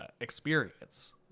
experience